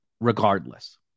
regardless